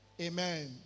Amen